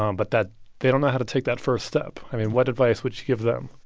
um but that they don't know how to take that first step? i mean, what advice would you give them?